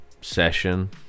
session